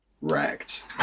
Wrecked